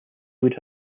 would